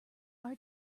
our